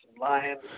Lions